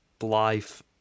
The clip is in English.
life